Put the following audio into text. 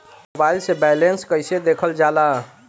Mobile से balance कइसे देखल जाला?